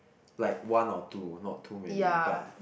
like one or two not too many but